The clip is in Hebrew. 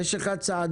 יש לך סעדון.